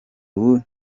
ubu